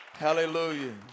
Hallelujah